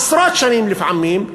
עשרות שנים לפעמים,